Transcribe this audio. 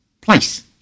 place